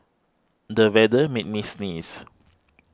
the weather made me sneeze